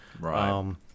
Right